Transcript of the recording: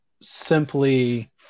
simply